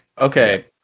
Okay